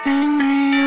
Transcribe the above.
angry